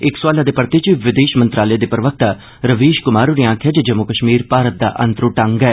इक सोआलै दे परते च विदेश मंत्रालय दे प्रवक्ता रवीश कुमार होरें आक्खेआ जे जम्मू कश्मीर भारत दा अनत्रुष्ट अंग ऐ